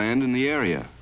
land in the area